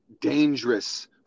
dangerous